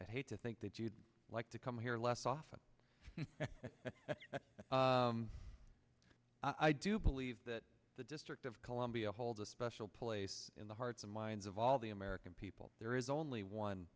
i hate to think that you'd like to come here less often i do believe that the district of columbia holds a special place in the hearts and minds of all the american people there is only one